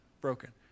broken